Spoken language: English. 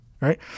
right